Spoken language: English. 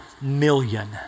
million